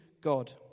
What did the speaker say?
God